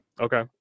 Okay